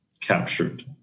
captured